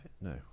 no